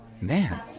man